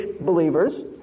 believers